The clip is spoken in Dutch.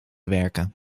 werken